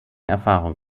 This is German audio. erfahrung